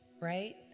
right